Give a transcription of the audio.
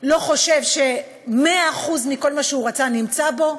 לא חושב ש-100% כל מה שהוא רצה נמצא בו,